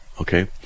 okay